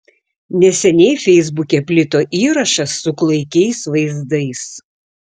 neseniai feisbuke plito įrašas su klaikiais vaizdais